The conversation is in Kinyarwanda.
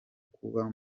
kuba